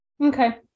Okay